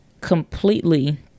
completely